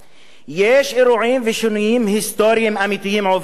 אירועים ושינויים היסטוריים אמיתיים עוברים על האזור,